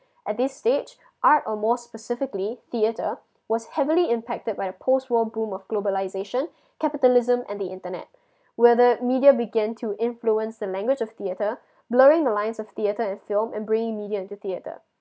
at this stage art are more specifically theater was heavily impacted by the post world bloom of globalization capitalism and the internet whether media began to influence the language of theater blurring the lines of theater and film and bringing media into theater